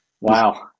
Wow